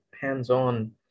hands-on